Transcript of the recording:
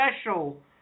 special